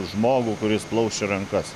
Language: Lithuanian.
žmogų kuris plaus čia rankas